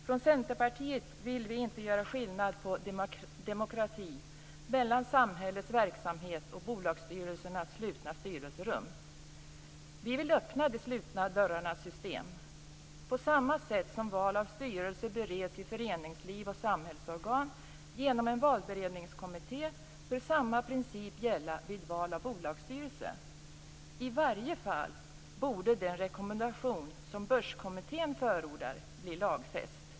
Från Centerpartiet vill vi inte göra skillnad på demokrati mellan samhällets verksamhet och bolagsstyrelsernas slutna styrelserum. Vi vill öppna de slutna dörrarnas system. På samma sätt som val av styrelse bereds i föreningsliv och samhällsorgan genom en valberedningskommitté bör samma princip gälla vid val av bolagsstyrelse. I varje fall borde den rekommendation som Börskommittén förordar bli lagfäst.